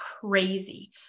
crazy